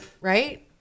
right